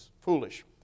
foolish